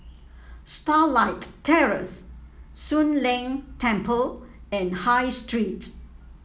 Starlight Terrace Soon Leng Temple and High Street